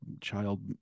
child